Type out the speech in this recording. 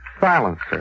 Silencer